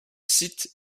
site